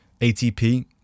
ATP